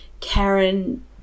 Karen